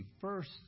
first